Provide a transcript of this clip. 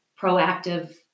proactive